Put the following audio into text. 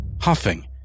huffing